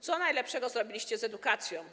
Co najlepszego zrobiliście z edukacją?